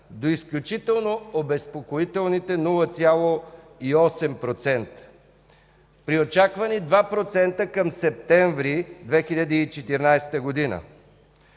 до изключително обезпокоителните 0,8% (при очаквани 2,0% към септември 2014 г.).